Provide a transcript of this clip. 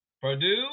Purdue